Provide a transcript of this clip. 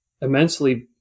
immensely